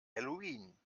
halloween